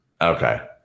Okay